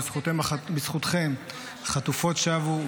בזכותכם החטופות שבו,